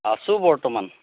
আছো বৰ্তমান